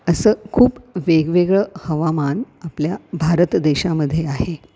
असं खूप वेगवेगळं हवामान आपल्या भारत देशामध्ये आहे